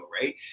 right